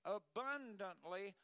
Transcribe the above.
abundantly